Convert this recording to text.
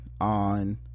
on